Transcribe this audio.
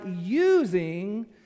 using